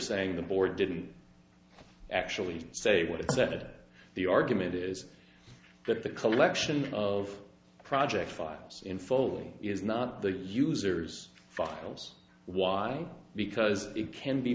saying the board didn't actually say what it said the argument is that the collection of project files in full is not the user's files why because it can be